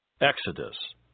Exodus